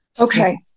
Okay